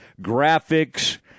Graphics